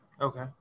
Okay